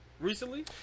recently